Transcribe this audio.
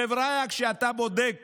חבריא, כשאתה בודק